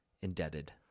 indebted